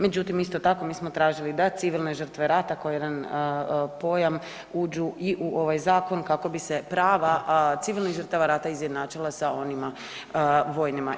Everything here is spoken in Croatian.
Međutim, isto tako mi smo tražili da civilne žrtve rata ko jedan pojam uđu i u ovaj zakon kako bi se prava civilnih žrtava rata izjednačila sa onima vojnima.